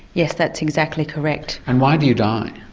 yes, that's exactly correct. and why do you die?